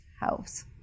house